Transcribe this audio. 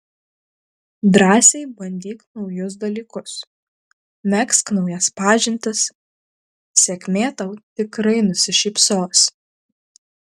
drąsiai bandyk naujus dalykus megzk naujas pažintis sėkmė tau tikrai nusišypsos